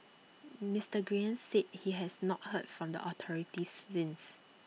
Mister Nguyen said he has not heard from the authorities since